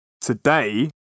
today